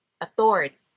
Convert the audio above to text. authority